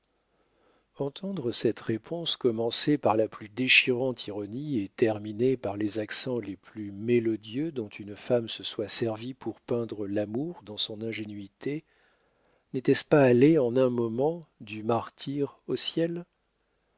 entendre cette réponse commencée par la plus déchirante ironie et terminée par les accents les plus mélodieux dont une femme se soit servie pour peindre l'amour dans son ingénuité n'était-ce pas aller en un moment du martyre au ciel